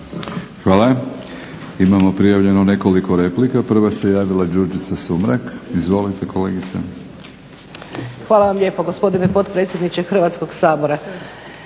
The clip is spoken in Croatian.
Hvala. Imamo prijavljeno nekoliko replika. Prva se javila Đurđica Sumrak. Izvolite kolegice. **Sumrak, Đurđica (HDZ)** Hvala vam lijepo gospodine potpredsjedniče Hrvatskoga sabora.